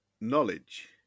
Knowledge